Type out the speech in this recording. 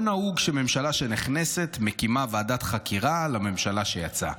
לא נהוג שממשלה שנכנסת מקימה ועדת חקירה על הממשלה שיצאה,